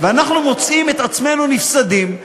ואנחנו מוצאים את עצמנו נפסדים,